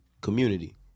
community